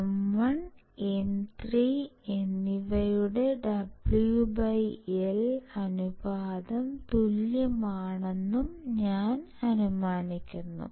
M1 M3 എന്നിവയുടെ WL അനുപാതം തുല്യമാണെന്നും ഞാൻ അനുമാനിക്കുന്നു